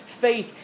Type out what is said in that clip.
faith